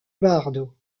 bardo